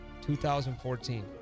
2014